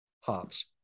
Hops